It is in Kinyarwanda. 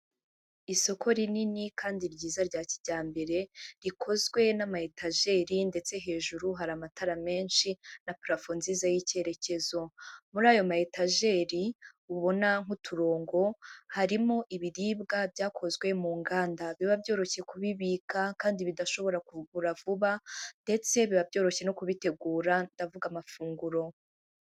Isoko rinini kandi ryiza rya kijyambere, rikozwe n'amata etageri ndetse hejuru hari amatara menshi na parafo nziza y'ikerekezo. Muri ayo matageri ubona nk'uturongo, harimo ibiribwa byakozwe mu nganda biba byoroshye kubibika kandi bidashobora kubora vuba, ndetse biba byoroshye no kubitegura, ndavuga amafunguro.